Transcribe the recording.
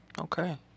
Okay